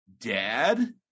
dad